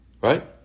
right